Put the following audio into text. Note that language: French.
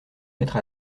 mettre